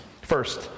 First